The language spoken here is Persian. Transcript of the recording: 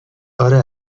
اره